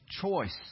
choice